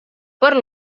per